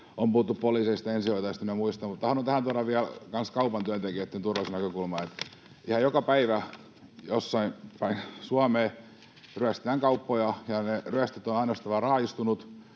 On puhuttu poliiseista ja ensihoitajista ynnä muista, mutta haluan tähän tuoda vielä kaupan työntekijöitten turvallisuusnäkökulman. Ihan joka päivä jossain päin Suomea ryöstetään kauppoja, ja ne ryöstöt ovat ainoastaan vain raaistuneet.